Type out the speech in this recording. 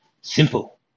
Simple